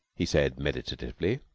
he said meditatively,